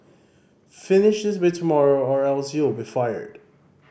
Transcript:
finish this by tomorrow or else you'll be fired